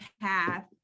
path